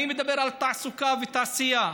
אני מדבר על תעסוקה ותעשייה.